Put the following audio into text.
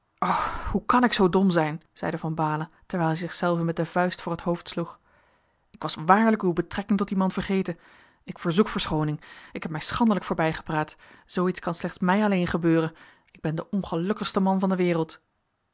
hoe kan ik zoo dom zijn zeide van baalen terwijl hij zichzelven met de vuist voor het hoofd sloeg ik was waarlijk uw betrekking tot dien man vergeten ik verzoek verschooning ik heb mij schandelijk voorbijgepraat zoo iets kan slechts mij alleen gebeuren ik ben de ongelukkigste man van de wereld